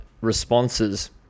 responses